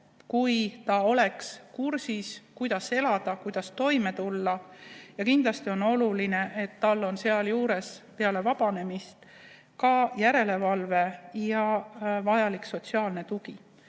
kui ta on kursis, kuidas elada, kuidas toime tulla. Ja kindlasti on oluline, et ta on sealjuures peale vabanemist ka järelevalve all ja tal on vajalik sotsiaalne tugi.